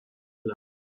aloud